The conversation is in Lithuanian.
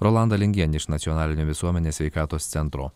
rolanda lingienė iš nacionalinio visuomenės sveikatos centro